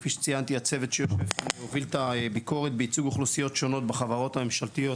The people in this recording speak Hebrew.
שהצוות הוביל את הביקורת בייצוג אוכלוסיות שונות בחברות הממשלתיות,